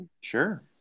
Sure